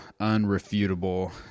unrefutable